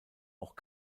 auch